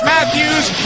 Matthews